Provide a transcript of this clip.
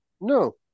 No